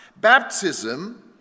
Baptism